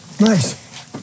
Nice